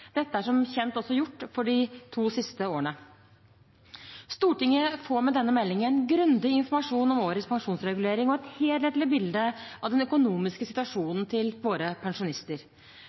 Dette er som kjent også gjort for de to siste årene. Stortinget får med denne meldingen grundig informasjon om årets pensjonsregulering og et helhetlig bilde av den økonomiske situasjonen til våre pensjonister.